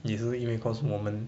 也是因为 cause 我们